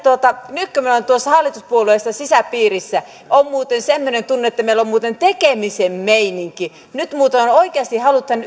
minä olen tuossa hallituspuolueessa sisäpiirissä on muuten semmoinen tunne että meillä on muuten tekemisen meininki nyt muuten oikeasti halutaan yrittää